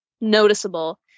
noticeable